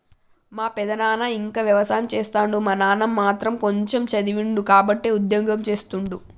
మా పెదనాన ఇంకా వ్యవసాయం చేస్తుండు మా నాన్న మాత్రం కొంచెమ్ చదివిండు కాబట్టే ఉద్యోగం చేస్తుండు